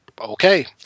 okay